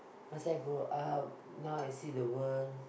once I grow up now I see the world